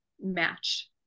match